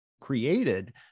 created